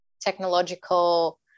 technological